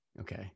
Okay